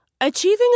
Achieving